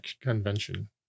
Convention